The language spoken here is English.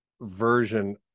version